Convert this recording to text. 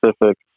Pacific